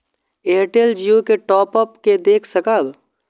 Airtel Jio के top up के देख सकब?